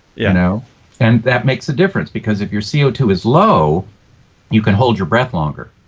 you know and that makes the difference because if your c o two is low you can hold your breath longer.